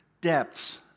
depths